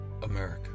America